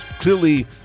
clearly